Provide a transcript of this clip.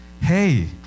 Hey